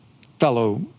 fellow